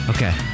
Okay